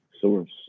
source